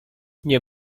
nie